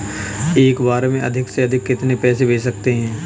एक बार में अधिक से अधिक कितने पैसे भेज सकते हैं?